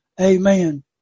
amen